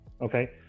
Okay